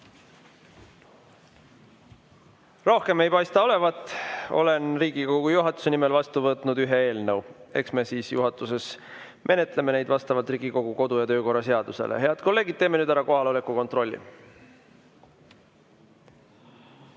Rohkem ei paista olevat. Olen Riigikogu juhatuse nimel vastu võtnud ühe eelnõu. Eks me siis juhatuses menetleme seda vastavalt Riigikogu kodu‑ ja töökorra seadusele. Head kolleegid, teeme nüüd ära kohaloleku kontrolli.